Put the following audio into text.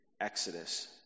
Exodus